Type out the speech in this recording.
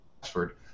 password